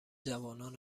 جوانان